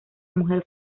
mujer